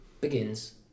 begins